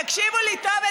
תקשיבו לי טוב.